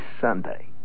Sunday